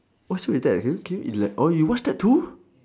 what show is that can you can you ela~ orh you watched that too